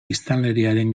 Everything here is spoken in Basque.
biztanleriaren